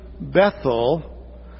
Bethel